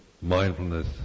mindfulness